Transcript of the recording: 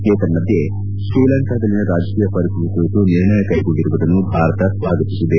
ಏತನ್ಮಧ್ಯೆ ಶ್ರೀಲಂಕಾದಲ್ಲಿನ ರಾಜಕೀಯ ಪರಿಸ್ಥಿತಿ ಕುರಿತು ನಿರ್ಣಯ ಕೈಗೊಂಡಿರುವುದನ್ನು ಭಾರತ ಸ್ವಾಗತಿಸಿದೆ